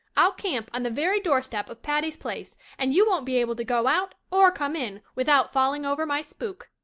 i'll camp on the very doorstep of patty's place and you won't be able to go out or come in without falling over my spook.